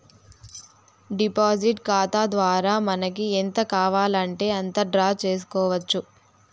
deposit ఖాతా ద్వారా మనకి ఎంత కావాలంటే అంత డ్రా చేసుకోవచ్చు